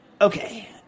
Okay